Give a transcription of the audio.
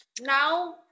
Now